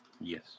Yes